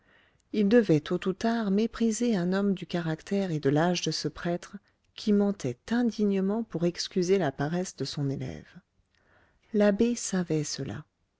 il devait tôt ou tard mépriser un homme du caractère et de l'âge de ce prêtre qui mentait indignement pour excuser la paresse de son élève l'abbé savait cela